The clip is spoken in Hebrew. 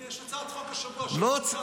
הינה, יש הצעת חוק השבוע, של רון כץ.